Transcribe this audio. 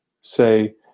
say